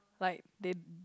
like they